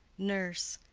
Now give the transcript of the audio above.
nurse.